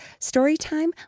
Storytime